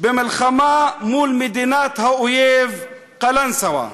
במלחמה מול מדינת האויב קלנסואה.